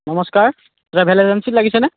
নমস্কাৰ ট্ৰেভেল এজেন্সিত লাগিছেনে